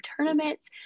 tournaments